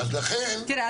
אז לכן --- תראה,